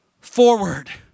forward